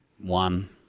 One